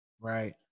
Right